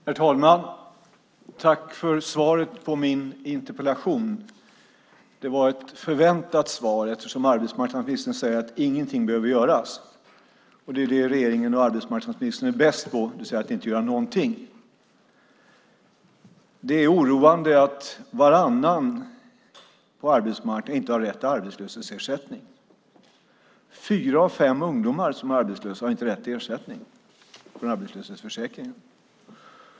Herr talman! Tack för svaret på min interpellation. Det var ett väntat svar eftersom arbetsmarknadsministern säger att ingenting behöver göras. Det är det regeringen och arbetsmarknadsministern är bäst på, det vill säga att inte göra någonting. Det är oroande att varannan människa på arbetsmarknaden inte har rätt till arbetslöshetsersättning. Fyra av fem ungdomar som är arbetslösa har inte rätt till ersättning från arbetslöshetsförsäkringen.